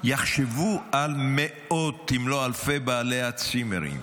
יחשבו על מאות, אם לא אלפי, בעלי הצימרים,